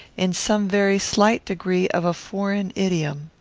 in some very slight degree of a foreign idiom.